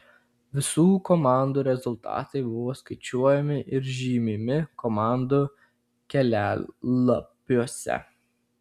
visų komandų rezultatai buvo skaičiuojami ir žymimi komandų kelialapiuose